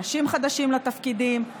אנשים חדשים לתפקידים,